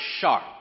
sharp